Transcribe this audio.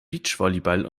beachvolleyball